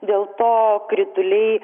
dėl to krituliai